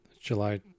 July